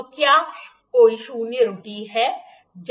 तो क्या कोई शून्य त्रुटि है